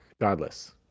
Godless